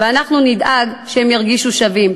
ואנחנו נדאג שהם ירגישו שווים.